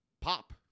pop